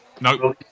No